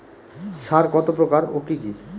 সার কত প্রকার ও কি কি?